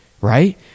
right